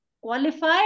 qualify